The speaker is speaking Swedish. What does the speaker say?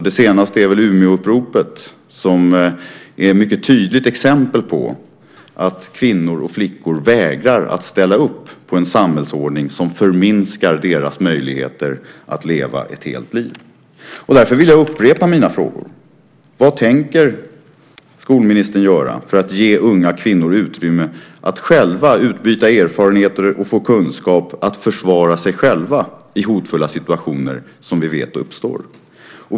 Det senaste är väl Umeåuppropet, ett mycket tydligt exempel på att flickor och kvinnor vägrar att ställa upp på en samhällsordning som förminskar deras möjligheter att leva ett helt liv. Därför vill jag upprepa mina frågor: Vad tänker skolministern göra för att ge unga kvinnor utrymme att själva utbyta erfarenheter och få kunskap att försvara sig själva i de hotfulla situationer som vi vet uppstår?